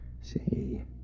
See